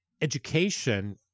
education